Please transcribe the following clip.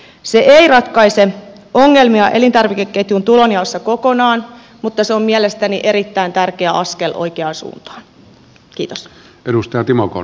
se ei ratkaise ongelmia elintarvikeketjun tulonjaossa kokonaan mutta se on mielestäni erittäin tärkeä askel oikeaan suuntaan